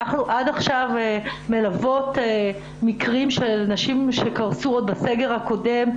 עד עכשיו אנחנו מלוות מקרים של נשים שקרסו בסגר הקודם,